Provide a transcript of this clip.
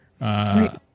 Right